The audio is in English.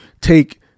take